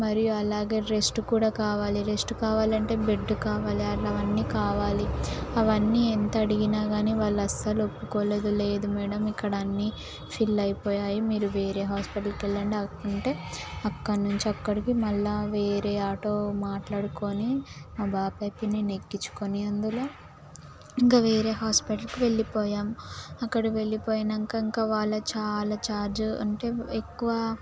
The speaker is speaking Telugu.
మరియు అలాగే రెస్ట్ కూడా కావాలి రెస్ట్ కావాలంటే బెడ్డు కావాలి అట్ల అవన్నీ కావాలి అవన్నీ ఎంత అడిగినా కాని వాళ్ళ అస్సలు ఒప్పుకోలేదు లేదు మ్యాడమ్ ఇక్కడ అన్ని ఫిల్ అయిపోయాయి మీరు వేరే హాస్పిటల్కి వెళ్ళండి అంటుంటే అక్కడి నుంచి అక్కడికి మళ్ళీ వేరే ఆటో మాట్లాడుకొని మా బాబాయ్ పిన్నిని ఎక్కించుకొని అందులో ఇంకా వేరే హాస్పిటల్కి వెళ్ళిపోయాం అక్కడ వెళ్ళిపోయినాక ఇంకా వాళ్ళ చాలా ఛార్జ్ అంటే ఎక్కువ